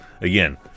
again